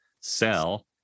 sell